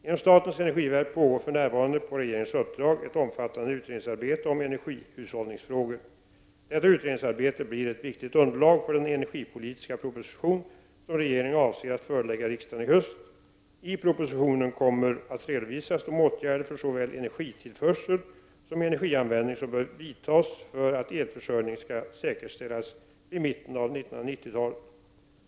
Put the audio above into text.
Inom statens energiverk pågår för närvarande, på regeringens uppdrag, ett omfattande utredningsarbete om energihushållningsfrågor. Detta utredningsarbete blir ett viktigt underlag för den energipolitiska proposition som regeringen avser att förelägga riksdagen i höst. I propositionen kommer de åtgärder för såväl energitillförsel som energianvändning som bör vidtas för att elförsörjningen skall säkerställas vid mitten av 1990-talet att redovisas.